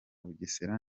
bugesera